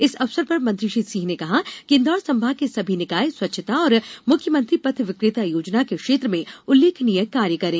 इस अवसर पर मंत्री श्री सिंह ने कहा कि इंदौर संभाग के सभी निकाय स्वच्छता और मुख्यमंत्री पथ विक्रेता योजना के क्षेत्र में उल्लेखनीय कार्य करें